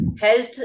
health